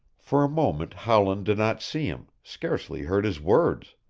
for a moment howland did not see him, scarcely heard his words.